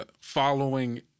following